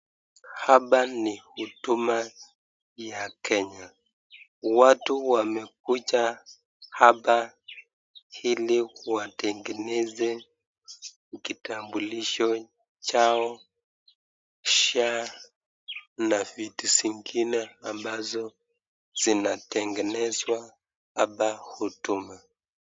Hapa ni Huduma ya Kenya. Watu wamekuja hapa ili watengeneze kitambulisho chao, SHA na vitu zingine ambazo zinatengenezwa hapa Huduma.